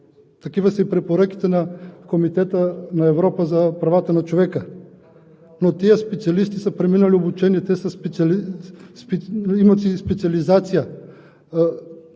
Такива са и препоръките на Комитета на Европа за правата на човека. Тези специалисти са преминали обучение, те имат специализация.